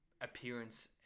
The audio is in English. Appearance